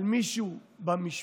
על מישהו במשפחה,